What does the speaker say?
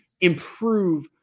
improve